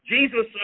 Jesus